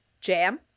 Jam